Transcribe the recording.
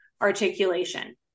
articulation